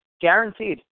Guaranteed